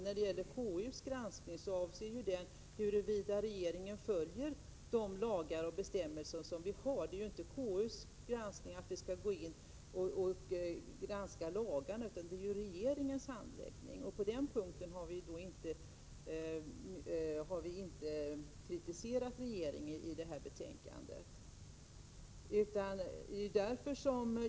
KU:s granskning avser huruvida regeringen följer lagar och bestämmelser. KU skall inte granska lagarna, utan regeringens handläggning, och på den punkten har utskottet inte i detta betänkande kritiserat regeringen.